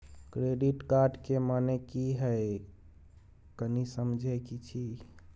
Credit card के माने की हैं, कनी समझे कि छि?